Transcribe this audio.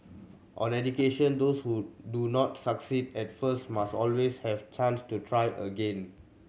on education those who do not succeed at first must always have chance to try again